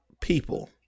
people